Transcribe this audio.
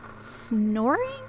snoring